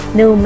no